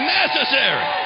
necessary